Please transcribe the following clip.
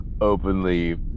openly